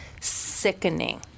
sickening